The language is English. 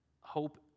hope